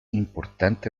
importante